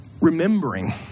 remembering